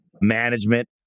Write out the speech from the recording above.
management